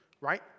right